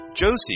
Josie